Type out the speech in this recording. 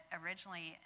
originally